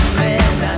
man